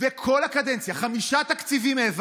מענק לתלמידים עד כיתה